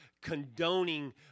condoning